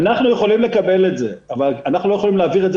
אנחנו יכולים לקבל את זה אבל אנחנו לא יכולים להעביר את זה